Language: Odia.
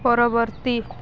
ପରବର୍ତ୍ତୀ